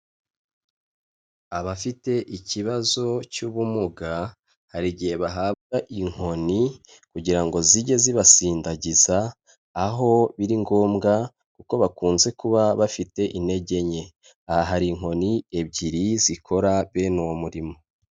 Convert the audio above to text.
Abafite ikibazo cy'ubumuga hari igihe bahabwa inkoni kugira ngo zijye zibasindagiza aho biri ngombwa, kuko bakunze kuba bafite intege nke. Aha hari inkoni ebyiri zikora bene uwo murimo.